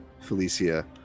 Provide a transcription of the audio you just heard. Felicia